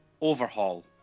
Overhaul